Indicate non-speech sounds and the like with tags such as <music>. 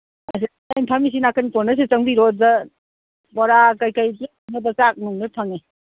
<unintelligible> ꯑꯩ ꯐꯝꯃꯤ ꯅꯥꯀꯟ ꯀꯣꯅꯔꯁꯤ ꯆꯪꯕꯤꯔꯣ ꯑꯗꯨꯗ ꯕꯣꯔꯥ ꯀꯩꯀꯩ <unintelligible> ꯆꯥꯛ ꯅꯨꯡ ꯂꯣꯏ ꯐꯪꯉꯤ